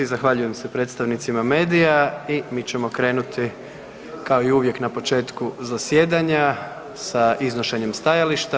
Zahvaljujem se predstavnicima medija i mi ćemo krenuti kao i uvijek na početku zasjedanja sa iznošenjem stajališta.